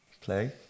play